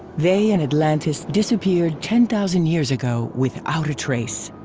they and atlantis disappeared ten thousand years ago without a trace.